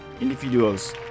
individuals